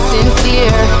Sincere